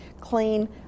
clean